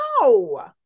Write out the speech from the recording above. no